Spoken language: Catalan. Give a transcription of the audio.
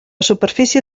superfície